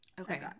Okay